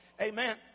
amen